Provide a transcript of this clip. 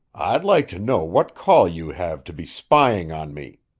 i'd like to know what call you have to be spying on me?